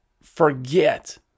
forget